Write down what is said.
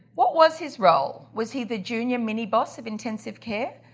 what was his role? was he the junior mini-boss of intensive care?